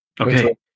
Okay